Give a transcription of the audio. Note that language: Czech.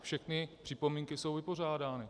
Všechny připomínky jsou vypořádány.